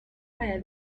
fire